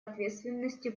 ответственности